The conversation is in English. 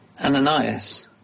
Ananias